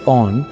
on